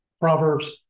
Proverbs